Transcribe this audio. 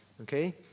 okay